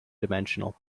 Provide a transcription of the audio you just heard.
dimensional